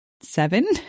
seven